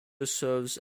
serves